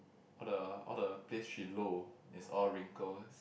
all the all the place she low is all wrinkles